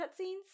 cutscenes